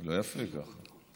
לא יפה ככה.